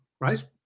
right